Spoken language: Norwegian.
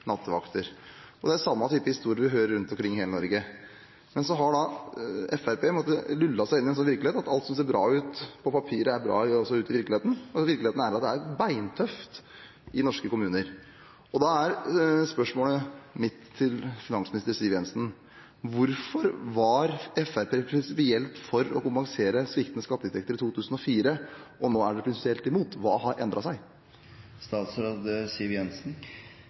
rundt omkring i hele Norge. Men så har Fremskrittspartiet lullet seg inn i en virkelighet om at alt som ser bra ut på papiret, er bra også ute i virkeligheten. Virkeligheten er at det er beintøft i norske kommuner. Da er spørsmålet mitt til finansminister Siv Jensen: Hvorfor var Fremskrittspartiet prinsipielt for å kompensere sviktende skatteinntekter i 2004, men er nå prinsipielt imot? Hva har endret seg?